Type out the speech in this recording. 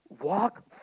walk